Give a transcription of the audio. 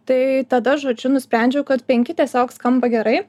tai tada žodžiu nusprendžiau kad penki tiesiog skamba gerai